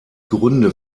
gründe